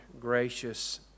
gracious